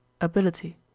ability